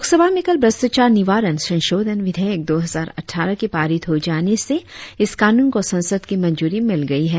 लोकसभा में कल भ्रष्टाचार निवारणसंशोधन विधेयक दो हजार अटठारह के पारित हो जाने से इस कानून को संसद की मंजूरी मिल गई है